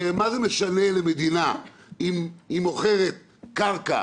כי מה זה משנה למדינה אם היא מוכרת קרקע